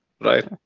right